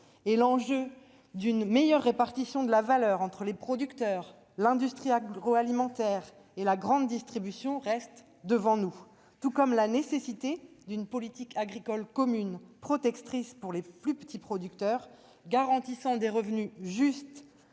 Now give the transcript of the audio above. L'enjeu d'une meilleure répartition de la valeur entre les producteurs, l'industrie agroalimentaire et la grande distribution reste devant nous, tout comme la nécessité d'une politique agricole commune qui protège les plus petits producteurs et garantit des revenus justes